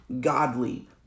godly